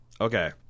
Okay